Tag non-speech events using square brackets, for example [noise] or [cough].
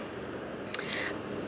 [breath]